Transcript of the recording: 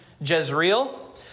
Jezreel